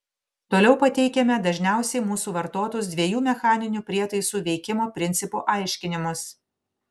toliau pateikiame dažniausiai mūsų vartotus dviejų mechaninių prietaisų veikimo principų aiškinimus